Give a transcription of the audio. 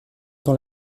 dans